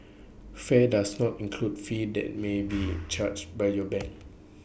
fare does not include fees that may be charged by your bank